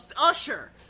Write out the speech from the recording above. Usher